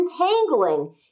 untangling